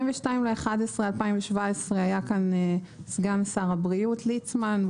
22.11.17 היה כאן סגן שר הבריאות ליצמן.